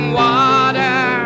water